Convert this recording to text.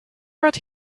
about